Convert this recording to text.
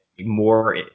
more